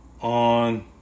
on